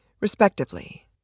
respectively